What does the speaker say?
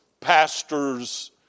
pastors